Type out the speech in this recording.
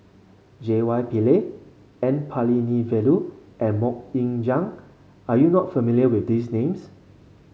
J Y Pillay N Palanivelu and MoK Ying Jang are you not familiar with these names